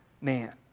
man